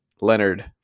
Leonard